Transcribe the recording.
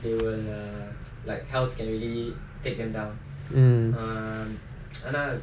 mm